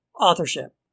authorship